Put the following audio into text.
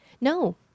No